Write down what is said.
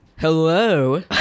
Hello